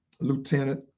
lieutenant